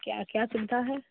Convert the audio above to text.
क्या क्या चलता है